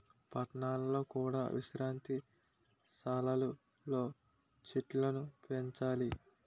పట్టణాలలో కూడా విశ్రాంతి సాలలు లో చెట్టులను పెంచాలి